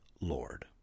Lord